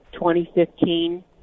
2015